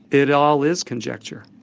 it all is conjecture,